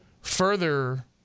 further